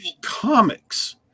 Comics